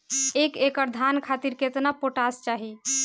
एक एकड़ धान खातिर केतना पोटाश चाही?